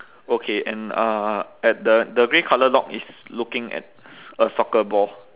okay and uh at the the grey colour dog is looking at a soccer ball